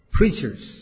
Preachers